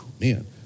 man